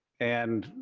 and,